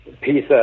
piece